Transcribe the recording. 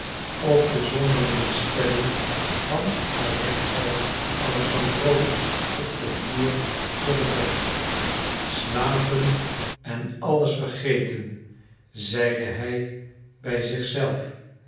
of de zonderlinge stelling van alexei alexandrowitsch op den vloer voor het bed slapen en alles vergeten zeide hij bij